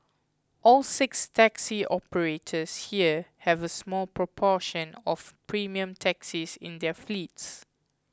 all six taxi operators here have a small proportion of premium taxis in their fleets